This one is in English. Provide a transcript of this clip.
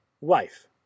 wife